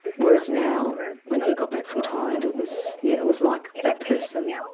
whereas now when he got back from thailand, it was it was like that person,